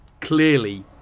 clearly